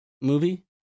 movie